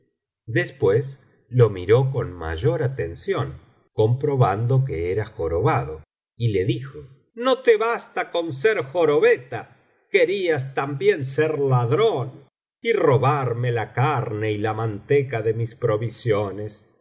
después lo miró con mayor atención biblioteca valenciana las mil noches y una noche comprobando que era jorobado y lo dijo no te basta con ser jorobeta querías también ser ladrón y robarme la carne y la manteca de mis provisiones